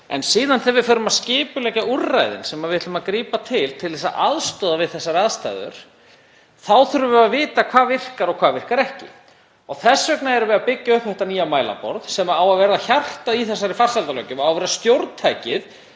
en síðan þegar við förum að skipuleggja úrræðin sem við ætlum að grípa til til þess að aðstoða við þessar aðstæður þá þurfum við að vita hvað virkar og hvað virkar ekki. Þess vegna erum við að byggja upp þetta nýja mælaborð sem á að verða hjartað í þessari farsældarlöggjöf, á að verða stjórntækið